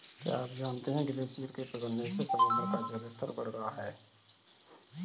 क्या आप जानते है ग्लेशियर के पिघलने से समुद्र का जल स्तर बढ़ रहा है?